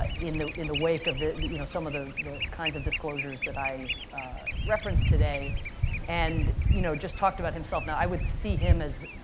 ah in the in the wake of you know some of the the kinds of disclosures that i referenced today and you know just talked about himself. now, i would see him as